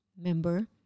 member